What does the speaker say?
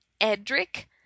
Edric